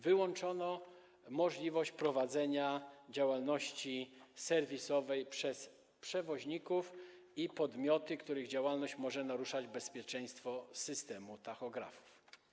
Wyłączono możliwość prowadzenia działalności serwisowej przez przewoźników i podmioty, których działalność może naruszać bezpieczeństwo systemu tachografów.